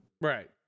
Right